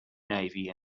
navy